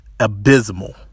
Abysmal